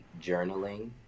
journaling